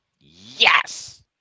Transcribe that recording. Yes